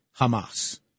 Hamas